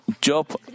Job